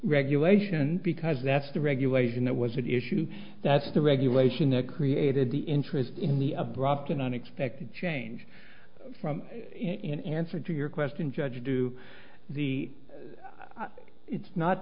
regulation because that's the regulation that was at issue that's the regulation that created the interest in the abrupt and unexpected change from in answer to your question judge do the it's not